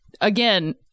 again